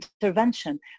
intervention